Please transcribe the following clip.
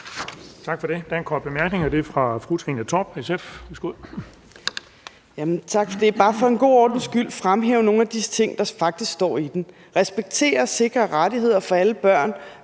Tak for det. Der er en kort bemærkning fra fru Trine Torp,